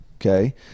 Okay